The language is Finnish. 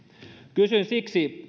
kysyn siksi